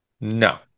No